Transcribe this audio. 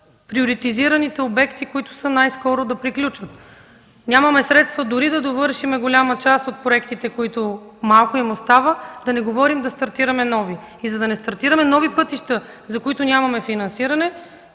приоритизираните обекти, които най-скоро ще приключат. Нямаме средства дори да довършим голяма част от проектите, на които малко им остава, да не говорим за стартиране на нови. За да не стартираме нови пътища, за които нямаме финансиране,